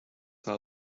how